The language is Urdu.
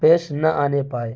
پیش نہ آنے پائے